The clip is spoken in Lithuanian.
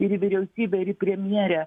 ir į vyriausybę ir į premjerę